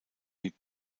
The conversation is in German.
wie